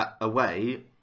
away